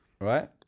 right